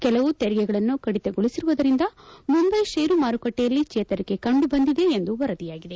ಕೆಲವು ತೆರಿಗೆಗಳನ್ನು ಕಡಿತಗೊಳಿಸಿರುವುದರಿಂದ ಮುಂಬೈ ಷೇರು ಮಾರುಕಟ್ಲೆಯಲ್ಲಿ ಜೇತರಿಕೆ ಕಂಡು ಬಂದಿದೆ ಎಂದು ವರಿದಯಾಗಿದೆ